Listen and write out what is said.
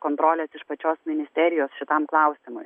kontrolės iš pačios ministerijos šitam klausimui